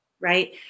right